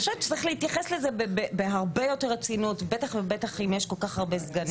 צריך להתייחס לזה בהרבה יותר רצינות ובטח אם יש כל כך הרבה סגניות.